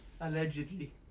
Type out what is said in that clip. allegedly